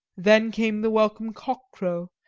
then came the welcome cock-crow,